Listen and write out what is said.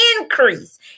increase